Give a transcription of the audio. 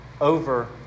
over